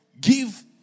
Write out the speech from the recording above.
Give